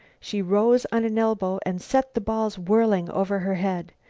she rose on an elbow and set the balls whirling over her head.